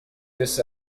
this